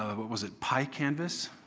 ah what was it, pycanvas?